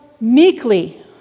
meekly